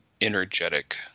energetic